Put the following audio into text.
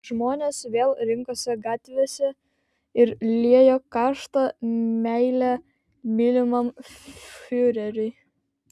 žmonės vėl rinkosi gatvėse ir liejo karštą meilę mylimam fiureriui